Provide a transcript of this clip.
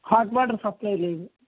hot water supply లేదు